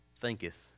thinketh